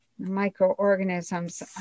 Microorganisms